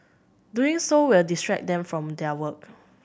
doing so will distract them from their work